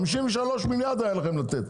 53 מיליארד היה לכם לתת,